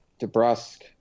DeBrusque